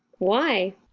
why?